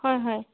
হয় হয়